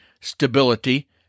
stability